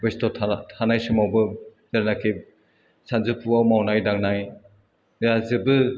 बेस्ट'था थानाय समावबो जेलानाखि सानजौफुवाव मावनाय दांनाया जोबो